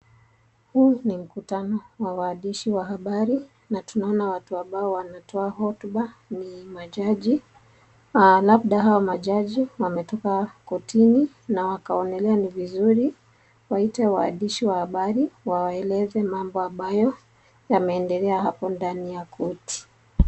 Huu ni mkutano wa waandishi wa habari na tunaona watu ambao wanatoa hotuba ni majaji. Labda hao majaji wametoka kotini na wakaonelea ni vizuri waite waandishi wa habari wawaeleze mambo ambayo yameendelea hapo ndani ya koti.